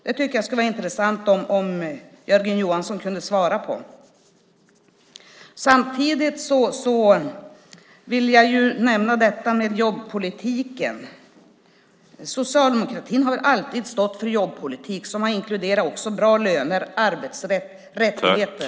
Det vore intressant om Jörgen Johansson kunde svara på det. Samtidigt vill jag nämna jobbpolitiken. Socialdemokraterna har alltid stått för jobbpolitik som har inkluderat bra löner, arbetsrätt och rättigheter.